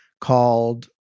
called